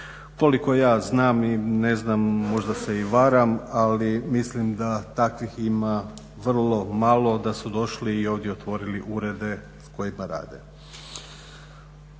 Koliko ja znam i ne znam, možda se i varam, ali mislim da takvih ima vrlo malo, da su došli i ovdje otvorili urede u kojima rade.